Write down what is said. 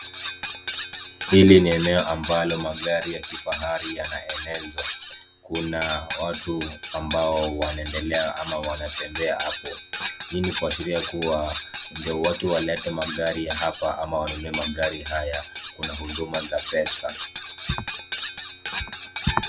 Hili ni eneo ambalo magari ya kifahari yanaenezwa kuna watu ambao wanaendelea ama wanatembea hapo. Hii ni kuashiria kuwa ndio watu walete magari hapa ama wanunue magari haya, kuna huduma za pesa.